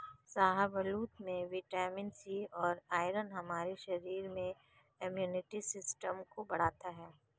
शाहबलूत में vitamin C और आयरन हमारे शरीर में इम्युनिटी सिस्टम को बढ़ता है